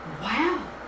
Wow